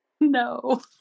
No